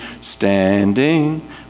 standing